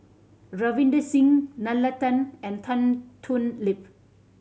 Ravinder Singh Nalla Tan and Tan Thoon Lip